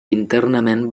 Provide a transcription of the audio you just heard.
internament